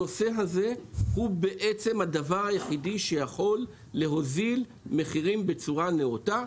הנושא הזה הוא בעצם הדבר היחידי שיכול להוזיל מחירים בצורה נאותה.